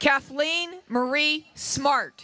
kathleen marie smart